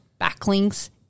backlinks